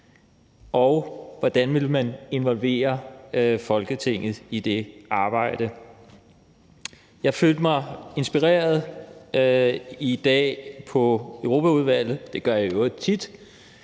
og hvordan man vil involvere Folketinget i det arbejde. Jeg følte mig inspireret i dag i Europaudvalget, og det gør jeg i